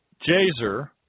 Jazer